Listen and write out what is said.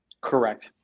Correct